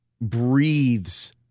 breathes